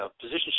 position